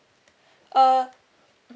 err